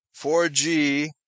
4G